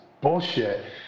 bullshit